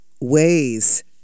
ways